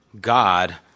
God